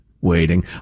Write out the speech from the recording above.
waiting